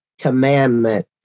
commandment